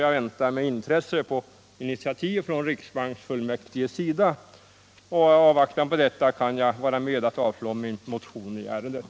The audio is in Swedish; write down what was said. Jag väntar med intresse på initiativ från riksbanksfullmäktiges sida, och i avvaktan på detta kan jag vara med om avslag på min motion i ärendet.